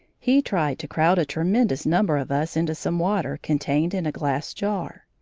he tried to crowd a tremendous number of us into some water contained in a glass jar.